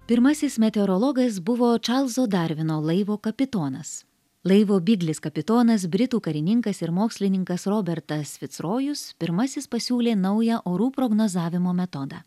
pirmasis meteorologas buvo čarlzo darvino laivo kapitonas laivo biglis kapitonas britų karininkas ir mokslininkas robertas fitsrojus pirmasis pasiūlė naują orų prognozavimo metodą